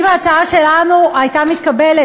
אם ההצעה שלנו הייתה מתקבלת,